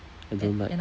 I don't like